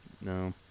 No